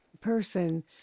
person